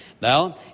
Now